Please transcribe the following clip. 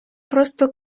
просто